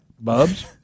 bubs